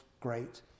great